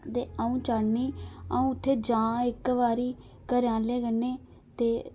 अटऊं चाहन्नीं अ'ऊं उत्थै जां इक बारी घरे आहले कन्नै ते